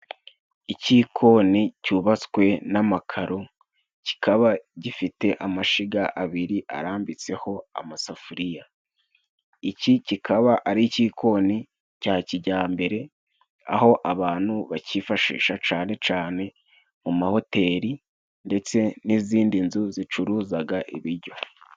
Ikikoni cyubatswe n'amakaro kikaba gifite amashiga abiri arambitseho amasafuriya. Iki kikaba ari ikikoni cya kijyambere aho abantu bakifashisha cane cane mu ma hoteli ndetse n'izindi nzu zicuruzaga ibiryo.